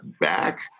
back